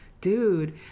dude